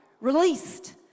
released